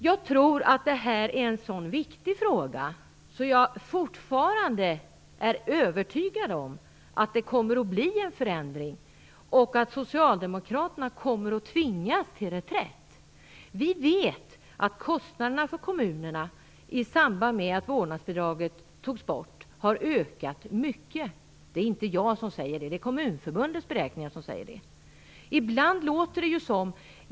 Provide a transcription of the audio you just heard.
Jag tror att det här är en så viktig fråga att jag fortfarande är övertygad om att det kommer att bli en förändring och att Socialdemokraterna kommer att tvingas till reträtt. Vi vet att kostnaderna för kommunerna i samband med att vårdnadsbidraget togs bort har ökat mycket. Det är inte jag som säger det, utan det är Kommunförbundet som gjort beräkningar.